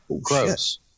Gross